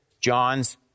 John's